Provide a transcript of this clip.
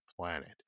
planet